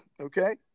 okay